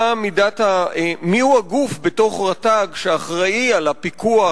מי הגוף ברשות הטבע והגנים שאחראי לפיקוח,